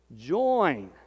join